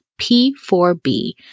P4B